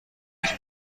هجی